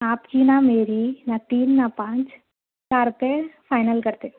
آپ کی نہ میری نہ تین نہ پانچ چار پہ فائنل کرتے